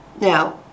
Now